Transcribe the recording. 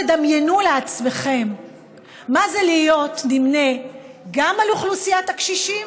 תדמיינו לעצמכם מה זה להיות נמנה גם על אוכלוסיית הקשישים